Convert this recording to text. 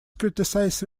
criticise